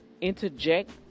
interject